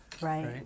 Right